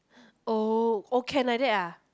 oh oh can like that lah